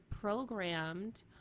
programmed